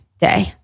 day